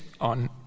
on